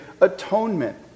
atonement